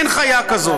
אין חיה כזאת.